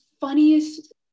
funniest